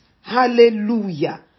hallelujah